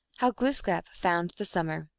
how glooskap found the summer.